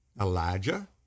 Elijah